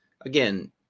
again